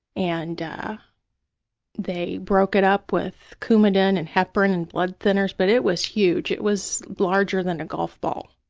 and they broke it up with coumadin and heparin and blood thinners, but it was huge. it was larger than a golf ball.